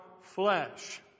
flesh